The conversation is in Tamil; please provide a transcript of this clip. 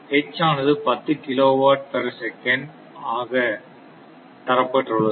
H ஆனது 10 kilowatt per second kva ஆக தரப்பட்டுள்ளது